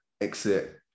exit